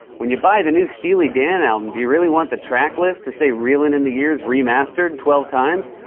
when you buy the new steely dan album, do you really want the track list to say, reelin' in the years remastered twelve times?